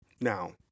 Now